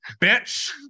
bitch